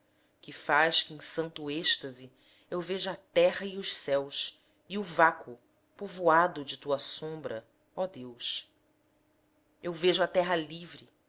que faz que em santo êxtase eu veja a terra e os céus e o vácuo povoado de tua sombra ó deus eu vejo a erra livre